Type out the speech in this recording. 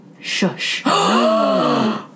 shush